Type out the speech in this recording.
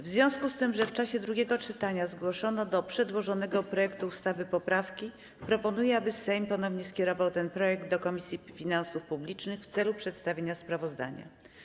W związku z tym, że w czasie drugiego czytania zgłoszono do przedłożonego projektu ustawy poprawki, proponuję, aby Sejm ponownie skierował ten projekt do Komisji Finansów Publicznych w celu przedstawienia sprawozdania.